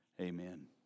amen